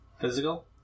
Physical